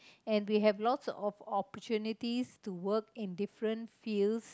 and we have lots of opportunities to work in different fields